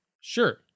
sure